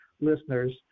listeners